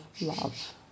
love